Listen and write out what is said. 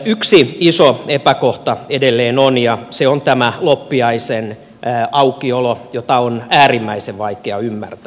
yksi iso epäkohta edelleen on ja se on tämä loppiaisen aukiolo jota on äärimmäisen vaikea ymmärtää